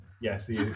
Yes